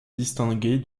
distinguer